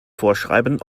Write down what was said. vorschreiben